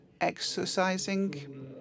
exercising